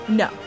no